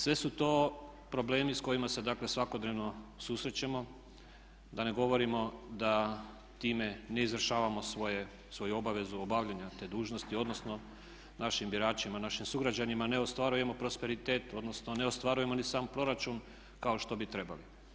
Sve su to problemi s kojima se, dakle svakodnevno susrećemo, da ne govorimo da time ne izvršavamo svoju obavezu obavljanja te dužnosti, odnosno našim biračima, našim sugrađanima ne ostvarujemo prosperitet, odnosno ne ostvarujemo ni sam proračun kao što bi trebali.